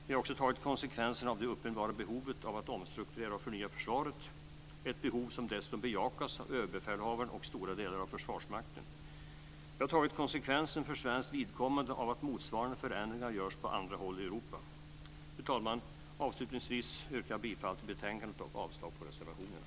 Vi har också tagit konsekvenserna av det uppenbara behovet av att omstrukturera och förnya försvaret, ett behov som dessutom bejakas av överbefälhavaren och stora delar av Försvarsmakten. Vi har tagit konsekvensen för svenskt vidkommande av att motsvarande förändringar görs på andra håll i Europa. Fru talman! Avslutningsvis yrkar jag bifall till utskottets hemställan och avslag på reservationerna.